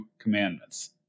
commandments